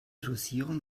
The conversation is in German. dosierung